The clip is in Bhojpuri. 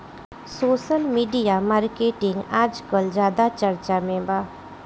सोसल मिडिया मार्केटिंग आजकल ज्यादा चर्चा में बा